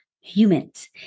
humans